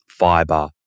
fiber